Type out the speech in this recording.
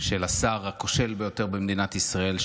של השר הכושל ביותר במדינת ישראל,